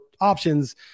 options